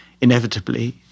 inevitably